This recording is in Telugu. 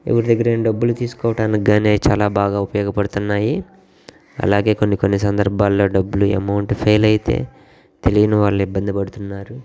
ఎవరి దగ్గర అయినా డబ్బులు తీసుకోవటానికి కానీ అయి చాలా బాగా ఉపయోగపడుతున్నాయి అలాగే కొన్ని కొన్ని సందర్భాలలో డబ్బులు అమౌంట్ ఫెయిల్ అయితే తెలియని వాళ్ళు ఇబ్బంది పడుతున్నారు